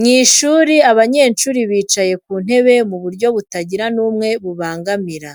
Mu ishuri abanyeshuri bicara ku ntebe mu buryo butagira n'umwe bubangamira